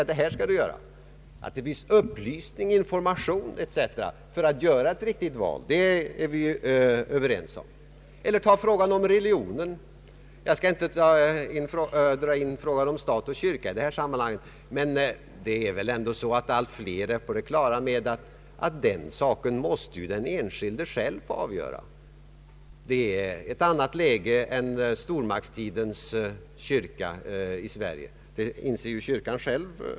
Att det däremot skall finnas upplysning och information för att vederbörande skall kunna göra ett riktigt val är vi alla överens om. När det gäller frågan om religion skall jag inte dra upp sambandet stat— kyrka. Allt fler är på det klara med att den enskilde själv skall få avgöra om han vill tillhöra en kyrka eller inte. Det är andra förhållanden nu än under stormaktstidens kyrka i Sverige. Det inser också kyrkan själv.